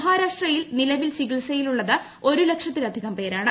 മഹാരാഷ്ട്രയിൽ നിലവിൽ ചികിത്സ യിലുളളത് ഒരുലക്ഷത്തിലധികം പേരാണ്